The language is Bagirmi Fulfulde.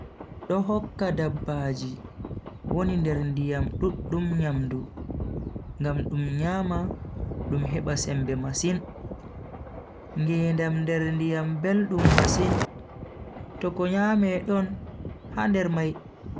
Do hokka dabbaaji woni nder ndiyam duddum nyamdu ngam dum nyama dum heba sembe masin. ngedam nder ndiyam beldum masin, to ko nyame don ha nder mai